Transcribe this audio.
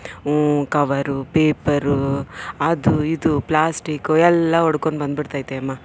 cover ಪೇಪರೂ ಅದೂ ಇದೂ ಪ್ಲ್ಯಾಸ್ಟಿಕು ಎಲ್ಲ ಒಡ್ಕೊಂಡು ಬಂದ್ಬಿಡ್ತೈತೆ ಅಮ್ಮ